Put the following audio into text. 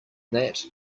that